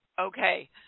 Okay